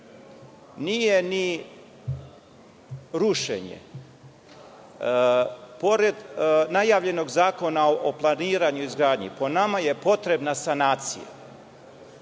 nije ni rušenje. Pored najavljenog zakona o planiranju i izgradnji, nama je potrebna sanacija.